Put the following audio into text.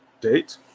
date